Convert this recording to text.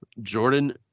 Jordan